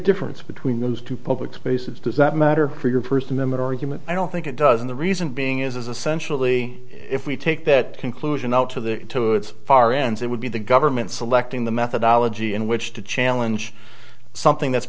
difference between those two public spaces does that matter for your first amendment argument i don't think it does and the reason being is essential the if we take that conclusion out to the far ends it would be the government selecting the methodology in which to challenge something that's